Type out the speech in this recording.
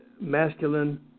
masculine